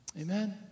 Amen